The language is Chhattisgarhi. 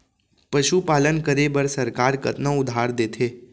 पशुपालन करे बर सरकार कतना उधार देथे?